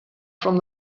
from